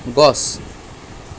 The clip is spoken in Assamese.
গছ